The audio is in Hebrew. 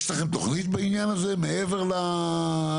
יש לכם תכנית בעניין הזה מעבר לתוכניות?